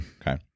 okay